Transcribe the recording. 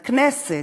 לכנסת,